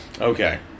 Okay